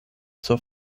zur